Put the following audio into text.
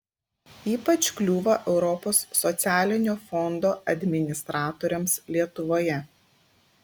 ypač kliūva europos socialinio fondo administratoriams lietuvoje